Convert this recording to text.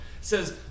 says